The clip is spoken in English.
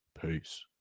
Peace